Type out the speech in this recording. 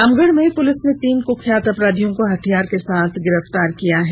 Ramgarh police ने तीन कुख्यात अपराधियों को हथियार के साथ गिरफ्तार किया है